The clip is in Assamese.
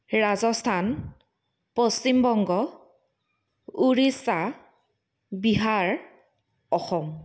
ৰাজস্থান পশ্চিমবংগ উৰিষ্যা বিহাৰ অসম